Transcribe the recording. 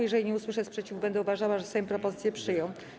Jeżeli nie usłyszę sprzeciwu, będę uważała, że Sejm propozycję przyjął.